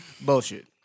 Bullshit